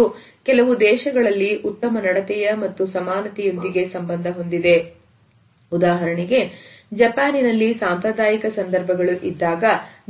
ಇದು ಕೆಲವು ದೇಶಗಳಲ್ಲಿ ಉತ್ತಮ ನಡತೆಯ ಮತ್ತು ಸಮಾನತೆಯೊಂದಿಗೆ ಸಂಬಂಧ ಹೊಂದಿದೆ ಉದಾಹರಣೆಗೆ ಜಪಾನಿನಲ್ಲಿ ಸಾಂಪ್ರದಾಯಿಕ ಸಂದರ್ಭಗಳು ಇದ್ದಾಗ